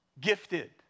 Gifted